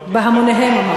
בהמוניהם.